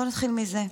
בוא נתחיל מזה.